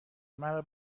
مرا